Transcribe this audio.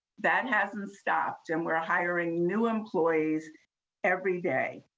that hasn't stopped and we're hiring new employees every day.